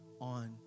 on